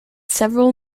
several